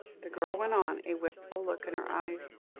the girl went on, a wistful look in her eyes